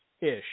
ish